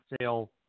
sale